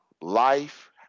life